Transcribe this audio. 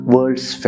World's